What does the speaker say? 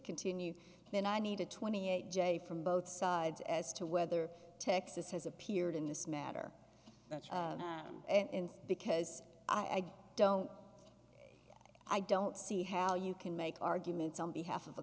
continue then i need to twenty eight j from both sides as to whether texas has appeared in this matter and because i don't i don't see how you can make arguments on behalf of